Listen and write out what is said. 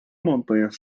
montanhas